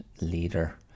leader